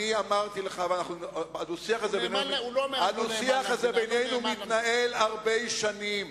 הדו-שיח הזה בינינו מתנהל הרבה שנים.